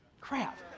crap